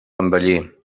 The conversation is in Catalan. envellir